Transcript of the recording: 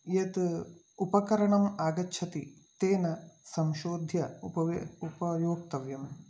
यत् उपकरणम् आगच्छति तेन संशोध्य उपयो उपयोक्तव्यम्